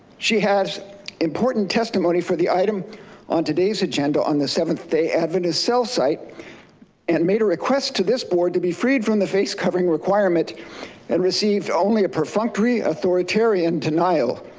she has important testimony for the item on today's agenda on the seventh day adventist cell site and made a request to this board to be freed from the face covering requirement and received only a perfunctory authoritarian denial.